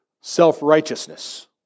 self-righteousness